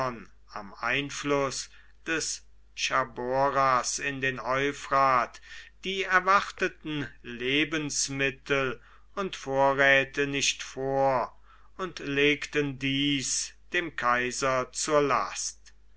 am einfluß des chaboras in den euphrat die erwarteten lebensmittel und vorräte nicht vor und legten dies dem kaiser zur last